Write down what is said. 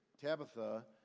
Tabitha